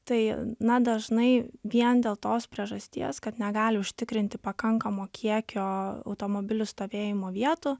tai na dažnai vien dėl tos priežasties kad negali užtikrinti pakankamo kiekio automobilių stovėjimo vietų